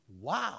wow